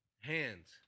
hands